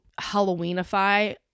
Halloweenify